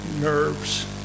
nerves